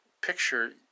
picture